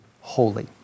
holy